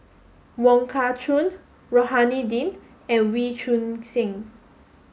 Wong Kah Chun Rohani Din and Wee Choon Seng